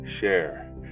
share